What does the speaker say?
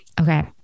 Okay